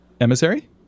emissary